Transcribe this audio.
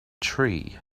tree